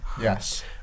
Yes